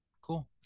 Cool